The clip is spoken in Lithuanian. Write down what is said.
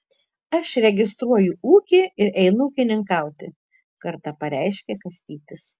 aš registruoju ūkį ir einu ūkininkauti kartą pareiškė kastytis